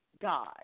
God